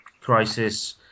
crisis